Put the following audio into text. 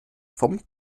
vom